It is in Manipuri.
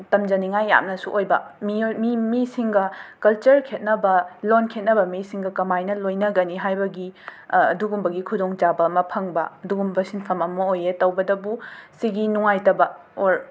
ꯇꯝꯖꯅꯤꯉꯥꯏ ꯌꯥꯝꯅꯁꯨ ꯑꯣꯏꯕ ꯃꯤꯑꯣꯏ ꯃꯤ ꯃꯤꯁꯤꯡꯒ ꯀꯜꯆꯔ ꯈꯦꯠꯅꯕ ꯂꯣꯟ ꯈꯦꯠꯅꯕ ꯃꯤꯁꯤꯡꯒ ꯀꯃꯥꯏꯅ ꯂꯣꯏꯅꯒꯅꯤ ꯍꯥꯏꯕꯒꯤ ꯑꯗꯨꯒꯨꯝꯕꯒꯤ ꯈꯨꯗꯣꯡꯆꯥꯕ ꯑꯃ ꯐꯪꯕ ꯑꯗꯨꯒꯨꯝꯕ ꯁꯤꯟꯐꯝ ꯑꯃ ꯑꯣꯏꯌꯦ ꯇꯧꯕꯗꯕꯨ ꯁꯤꯒꯤ ꯅꯨꯡꯉꯥꯏꯇꯕ ꯑꯣꯔ